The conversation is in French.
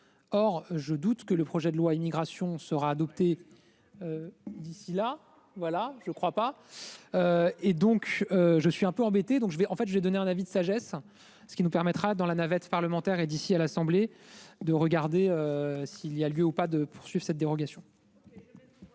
Or, je doute que le projet de loi immigration sera adoptée. D'ici là, voilà. Je ne crois pas. Et donc je suis un peu embêtée. Donc je vais en fait j'ai donné un avis de sagesse ce qui nous permettra dans la navette parlementaire et d'ici à l'Assemblée de regarder. S'il y a lieu ou pas de poursuivre cette dérogation.